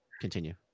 continue